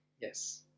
Yes